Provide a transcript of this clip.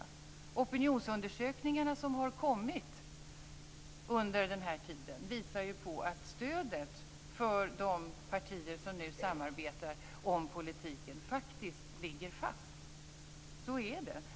De opinionsundersökningar som har kommit under den här tiden visar ju att stödet för de partier som nu samarbetar om politiken faktiskt ligger fast. Så är det.